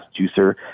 juicer